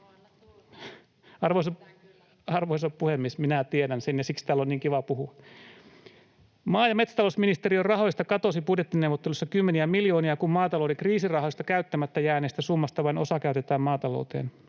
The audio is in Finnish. Arvoisa puhemies! Minä tiedän sen, ja siksi täällä on niin kiva puhua. Maa- ja metsätalousministeriön rahoista katosi budjettineuvotteluissa kymmeniä miljoonia, kun maatalouden kriisirahoista käyttämättä jääneestä summasta vain osa käytetään maatalouteen.